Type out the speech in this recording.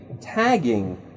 tagging